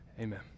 Amen